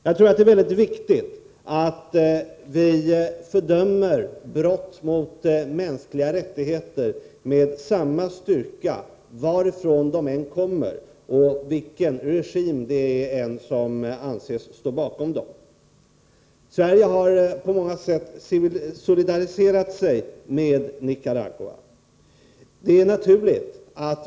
Jag tror att det är synnerligen viktigt att vi fördömer brott mot de mänskliga rättigheterna med samma styrka, oberoende av var brotten begås och oberoende av vilken regim som anses stå bakom dem. Sverige har på många sätt solidariserat sig med Nicaragua, och det är naturligt.